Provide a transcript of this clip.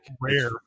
rare